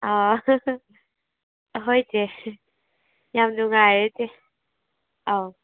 ꯑꯣ ꯍꯣꯏ ꯆꯦ ꯌꯥꯝ ꯅꯨꯡꯉꯥꯏꯔꯦ ꯆꯦ ꯑꯧ